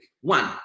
One